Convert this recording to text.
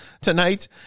tonight